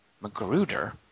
Magruder